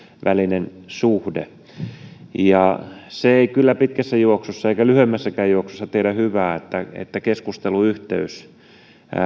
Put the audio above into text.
välisen suhteen se ei kyllä pitkässä juoksussa eikä lyhyemmässäkään juoksussa tiedä hyvää että keskusteluyhteys